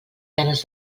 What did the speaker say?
ganes